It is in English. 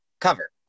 cover